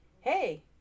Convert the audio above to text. Hey